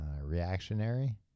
reactionary